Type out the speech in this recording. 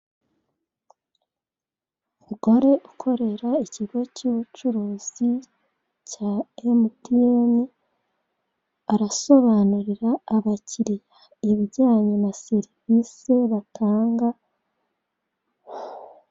Umugore ukorera ikigo cy'ubucuruzi cya emutiyeni, arasobanurira abakiliya ibijyanye na serivisi batanga.